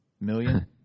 million